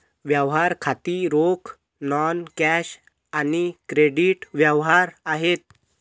व्यवहार खाती रोख, नॉन कॅश आणि क्रेडिट व्यवहार आहेत